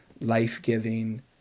life-giving